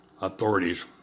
authorities